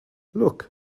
look